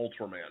Ultraman